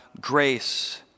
grace